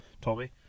Toby